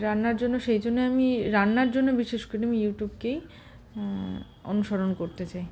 রান্নার জন্য সেই জন্য আমি রান্নার জন্য বিশেষ করে আমি ইউটিউবকেই অনুসরণ করতে চাই